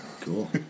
Cool